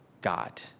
god